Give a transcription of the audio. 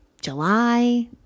July